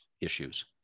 issues